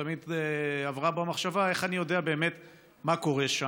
תמיד עברה בו המחשבה: איך אני יודע באמת מה קורה שם?